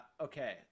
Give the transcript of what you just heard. okay